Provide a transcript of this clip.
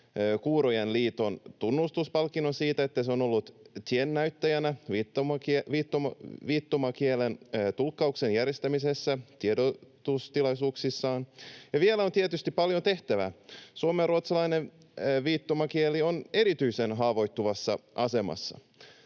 Kuurojen Liiton tunnustuspalkinnon siitä, että se on ollut tiennäyttäjänä viittomakielen tulkkauksen järjestämisessä tiedotustilaisuuksissaan. Vielä on tietysti paljon tehtävää: Suomenruotsalainen viittomakieli on erityisen haavoittuvassa asemassa.